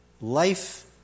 life